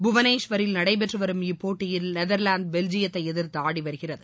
புவனேஷ்வரில் நடைபெற்று வரும் இப்போட்டியில் நெதர்லாந்து பெல்ஜியத்தை எதிர்த்து ஆடி வருகிறது